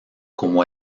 como